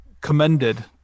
Commended